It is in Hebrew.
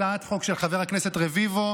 הצעת החוק של חבר הכנסת רביבו,